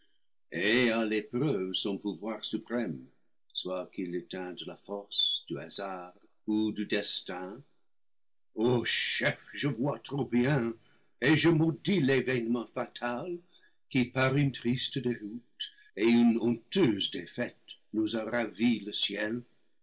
et à l'épreuve son pouvoir suprême soit quille tînt delà force du hasard ou du destin ô chef je vois trop bien et je maudis l'événement fatal qui par une triste déroute et une honteuse défaite nous a ravi le ciel